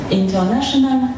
international